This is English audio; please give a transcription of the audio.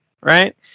right